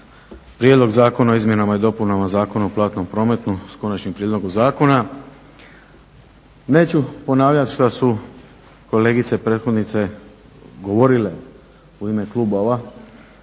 Prijedlog zakona o izmjenama i dopunama Zakona o platnom prometu s konačnim prijedlogom zakona. Neću ponavljat šta su kolegice prethodnice govorile u ime klubova,